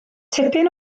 tipyn